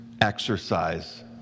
exercise